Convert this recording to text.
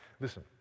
Listen